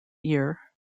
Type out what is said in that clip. year